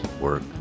work